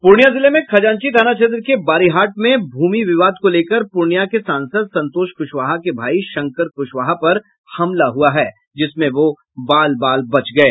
पूर्णिया जिले में खजांची थाना क्षेत्र के बारीहाट में भूमि विवाद को लेकर पूर्णिया के सांसद संतोष कुश्वाहा के भाई शंकर कुशवाहा पर हमला हुआ जिसमें वह बाल बाल बच गये